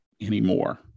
anymore